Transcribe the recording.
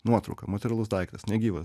nuotrauka materealus daiktas negyvas